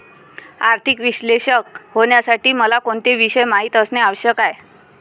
आर्थिक विश्लेषक होण्यासाठी मला कोणते विषय माहित असणे आवश्यक आहे?